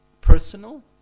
personal